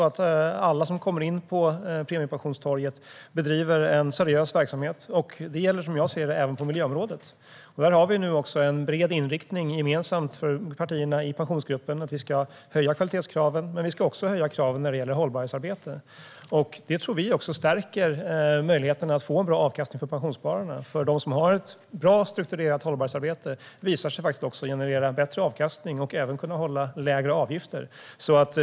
Alla som kommer in på premiepensionstorget ska bedriva en seriös verksamhet. Det gäller även på miljöområdet. För partierna i Pensionsgruppen finns en gemensam bred inriktning på att höja kvalitetskraven och att höja kraven på hållbarhetsarbetet. Det stärker möjligheten att få en bra avkastning för pensionsspararna. De som har ett bra strukturerat hållbarhetsarbete genererar bättre avkastning och kan hålla lägre avgifter.